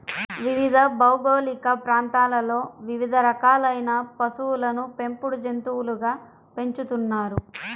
వివిధ భౌగోళిక ప్రాంతాలలో వివిధ రకాలైన పశువులను పెంపుడు జంతువులుగా పెంచుతున్నారు